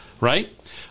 Right